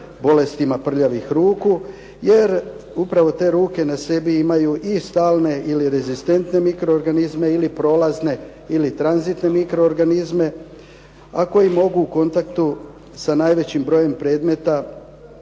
bolestima prljavih ruku, jer upravo te ruke na sebi imaju i stalne ili rezistentne mikroorganizme ili prolazne tranzitne mikroorganizme, a koji mogu u kontaktu sa najvećim brojem predmeta